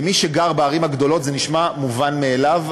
למי שגר בערים הגדולות זה נשמע מובן מאליו,